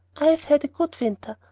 i have had a good winter,